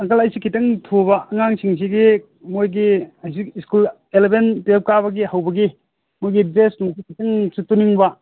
ꯑꯪꯀꯜ ꯑꯩꯁꯦ ꯈꯤꯇꯪ ꯊꯨꯕ ꯑꯉꯥꯡꯁꯤꯡꯁꯤꯒꯤ ꯃꯣꯏꯒꯤ ꯍꯧꯖꯤꯛ ꯁ꯭ꯀꯨꯜ ꯑꯦꯂꯕꯦꯟ ꯇ꯭ꯋꯦꯜꯐ ꯀꯥꯕꯒꯤ ꯍꯧꯕꯒꯤ ꯃꯣꯏꯒꯤ ꯗ꯭ꯔꯦꯁ ꯅꯨꯡꯁꯨ ꯈꯤꯇꯪꯁꯨ ꯇꯨꯅꯤꯡꯕ